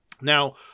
Now